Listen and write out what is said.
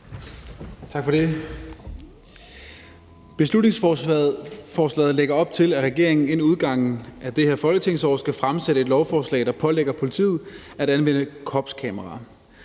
Beslutningsforslaget lægger op til, at regeringen inden udgangen af det her folketingsår skal fremsætte et lovforslag, der pålægger politiet at anvende kropskameraer.